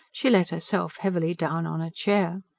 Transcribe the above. she let herself heavily down on a chair.